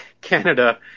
Canada